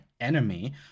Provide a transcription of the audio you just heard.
Enemy